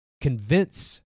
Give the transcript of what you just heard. convince